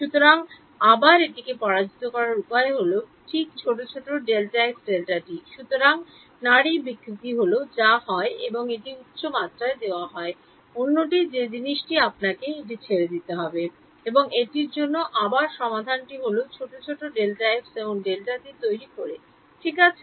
সুতরাং আবার এটিকে পরাজিত করার উপায় হল ঠিক ছোট ছোট Δx Δt সুতরাং নাড়ির বিকৃতি হল যা হয় এবং এটি উচ্চ মাত্রায় দেওয়া হয় অন্যটি যে জিনিসটি আপনাকে এটি ছেড়ে দিতে হবে এবং এটির জন্য আবার সমাধানটি হল ছোট ছোট Δx Δt তৈরি করে ঠিক আছে